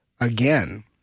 again